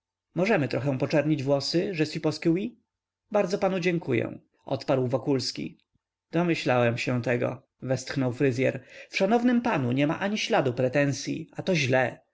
możemy trochę poczernić włosy je suppose que oui bardzo panu dziękuję odparł wokulski domyślałem się tego westchnął fryzyer w szanownym panu nie ma śladu pretensyi a to źle